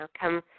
come